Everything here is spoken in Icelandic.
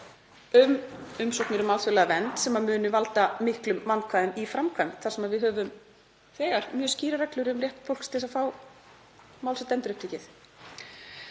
um umsóknir um alþjóðlega vernd sem munu valda miklum vandkvæðum í framkvæmd þar sem við höfum þegar mjög skýrar reglur um rétt fólks til að fá mál sitt endurupptekið.